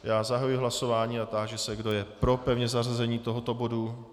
Já zahajuji hlasování a táži se, kdo je pro pevné zařazení tohoto bodu.